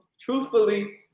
truthfully